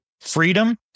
freedom